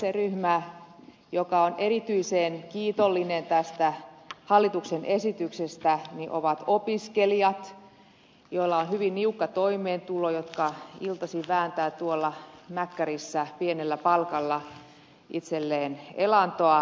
se ryhmä joka on erityisen kiitollinen tästä hallituksen esityksestä on opiskelijat joilla on hyvin niukka toimeentulo jotka iltaisin vääntävät tuolla mäkkärissä pienellä palkalla itselleen elantoa